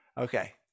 Okay